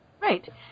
Right